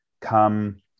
come